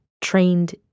trained